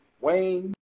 Wayne